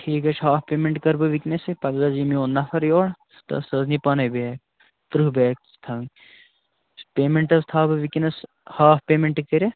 ٹھیٖک حظ چھِ ہاف پیمٮ۪نٛٹ کَرٕ بہٕ وٕنۍکٮ۪نَسٕے پگاہ حظ یی میون نفر یور تہٕ سُہ حظ نی پانَے بیگ تٕرٛہ بیگ چھِ تھاوٕنۍ پیمٮ۪نٛٹ حظ تھاو بہٕ وٕکٮ۪نَس ہاف پیمٮ۪نٛٹ کٔرِتھ